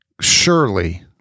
Surely